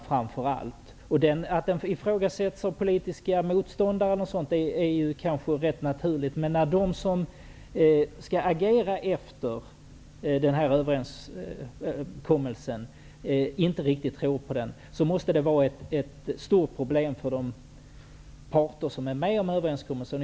Det är kanske ganska naturligt att uppgörelsen ifrågasätts av politiska motståndare, men när de som skall agera efter överenskommelsen inte riktigt tror på den måste det vara ett stort problem för de parter som har träffat överenskommelsen.